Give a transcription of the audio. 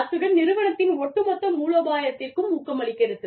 அத்துடன் நிறுவனத்தின் ஒட்டுமொத்த மூலோபாயத்திற்கும் ஊக்கமளிக்கிறது